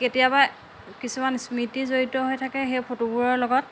কেতিয়াবা কিছুমান স্মৃতি জড়িত হৈ থাকে সেই ফটোবোৰৰ লগত